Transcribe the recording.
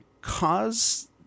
cause